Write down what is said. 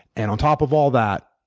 and on top of all that,